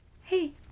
Hey